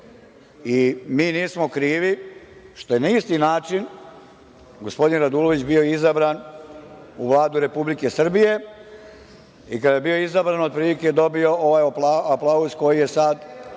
i mi nismo krivi što je na isti način gospodin Radulović bio izabran u Vladu Republike Srbije i kada je bio izabran otprilike je dobio ovaj aplauz koji je sad